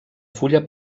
fulla